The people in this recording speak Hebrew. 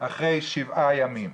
אחרי 8-7 ימים.